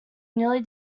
nearly